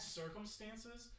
circumstances